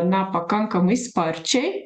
na pakankamai sparčiai